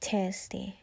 Tasty